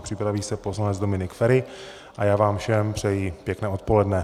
Připraví se poslanec Dominik Feri a já vám všem přeji pěkné odpoledne.